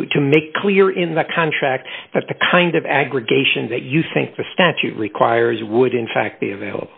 to to make clear in the contract that the kind of aggregation that you think the statute requires would in fact be available